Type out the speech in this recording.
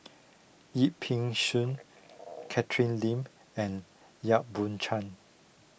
Yip Pin Xiu Catherine Lim and Yap Boon Chuan